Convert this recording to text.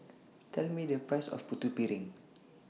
Tell Me The Price of Putu Piring